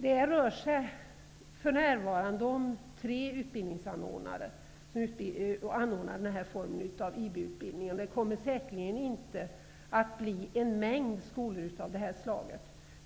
Det rör sig för närvarande om tre utbildningsanordnare som arrangerar denna form av IB-utbildning. Det kommer säkerligen att bli en mängd skolor av det slaget.